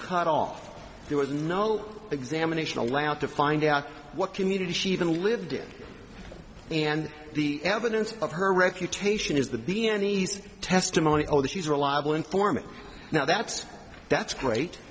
cut off there was no examination allowed to find out what community she even lived in and the evidence of her reputation as the d n a nice testimony although she's reliable informant now that's that's great